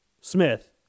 Smith